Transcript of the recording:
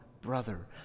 Brother